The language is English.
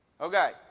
Okay